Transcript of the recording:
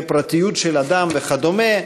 בפרטיות של אדם וכדומה.